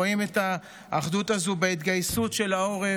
רואים את האחדות הזו בהתגייסות של העורף,